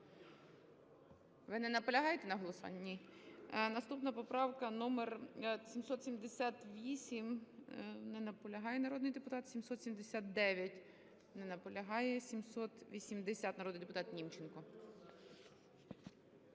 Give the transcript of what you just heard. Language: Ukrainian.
Ви не наполягаєте на голосуванні? Ні. Наступна поправка - номер 778. Не наполягає народний депутат. 779. Не наполягає. 780. Народний депутат Німченко.